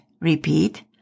Repeat